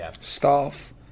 staff